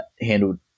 handled